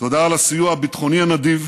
תודה על הסיוע הביטחוני הנדיב,